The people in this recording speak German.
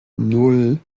nan